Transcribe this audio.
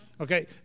Okay